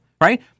right